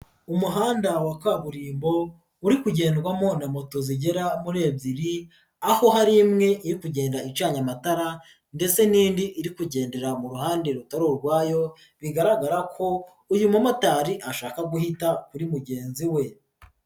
Umuhanda wa kaburimbo, uri kugendwamo na moto zigera muri ebyiri, aho hari imwe iri kugenda icanye amatara ndetse n'indi iri kugendera mu ruhande rutari urwayo, bigaragara ko uyu mumotari ashaka guhita kuri mugenzi we.